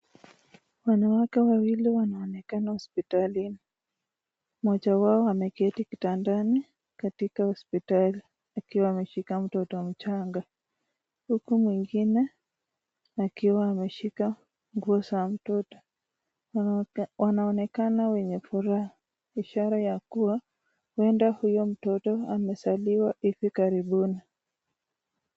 Wanawake wawili wanaonekana hospitalini. Mmoja wao ameketi kitandani katika hospitali akiwa ameshika mtoto mchanga, huku mwingine akiwa ameshika nguo za mtoto. Na wanaonekana wenye furaha, ishara ya kua huenda mtoto amezaliwa hivi karibuni.